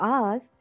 ask